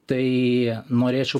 tai norėčiau